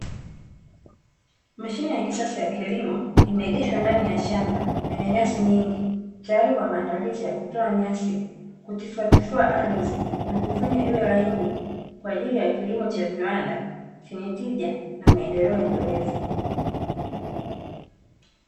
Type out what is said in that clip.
Mashine ya kisasa ya kilimo imeegeshwa ndani ya shamba lenye nyasi nyingi, tayari kwa maandalizi ya kutoa nyasi ukifuatifua ardhi na kuifanya iwe laini kwa ajili ya kilimo cha viwanda chenye tija na maendeleo endelevu.